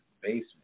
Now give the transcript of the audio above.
basement